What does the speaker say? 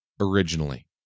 originally